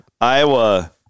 Iowa